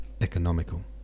economical